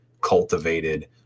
cultivated